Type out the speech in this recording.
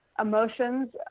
emotions